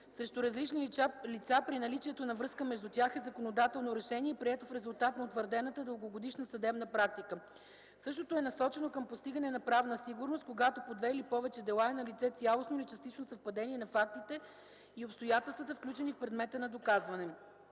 срещу различни лица при наличието на връзка между тях е законодателно решение, прието в резултат на утвърдената дългогодишна съдебна практика. Същото е насочено към постигане на правна сигурност, когато по две или повече дела е налице цялостно или частично съвпадение на фактите и обстоятелствата, включени в предмета на доказване.